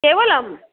केवलं